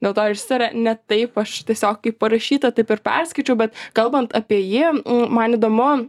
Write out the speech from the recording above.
dėl to išsitarė ne taip aš tiesiog kaip parašyta taip ir perskaičiau bet kalbant apie jį man įdomu